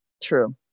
True